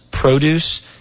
Produce